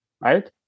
right